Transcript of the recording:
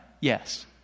Yes